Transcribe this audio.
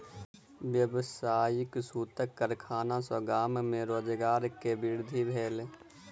व्यावसायिक सूतक कारखाना सॅ गाम में रोजगार के वृद्धि भेल